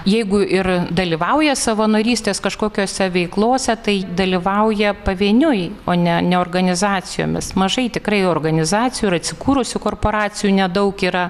jeigu ir dalyvauja savanorystės kažkokiose veiklose tai dalyvauja pavieniui o ne ne organizacijomis mažai tikrai organizacijų ir atsikūrusių korporacijų nedaug yra